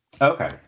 Okay